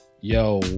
yo